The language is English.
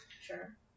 Sure